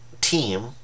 team